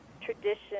tradition